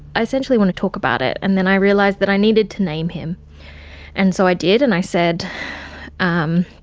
i essentially wanted to talk about it. and then i realised that i needed to name him and so i did and i said um